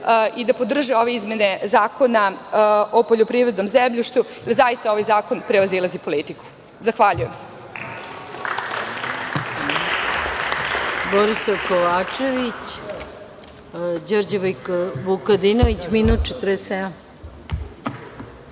i da podrže ove izmene Zakona o poljoprivrednom zemljištu, jer zaista ovaj zakon prevazilazi politiku. Zahvaljujem.